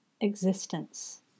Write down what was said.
existence